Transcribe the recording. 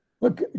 Look